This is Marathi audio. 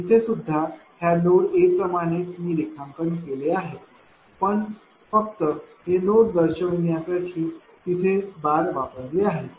इथे सुद्धा ह्या नोड A प्रमाणेच मी रेखांकन केले आहे पण फक्त हे नोड दर्शविण्यासाठी तिथे बार वापरले आहे